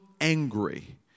angry